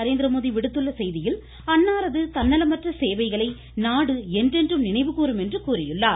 நரேந்திரமோடி விடுத்துள்ள செய்தியில் அன்னாரது தன்னலமற்ற சேவைகளை நாடு என்றென்றும் நினைவுகூறும் என்று கூறியுள்ளார்